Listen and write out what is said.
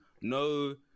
No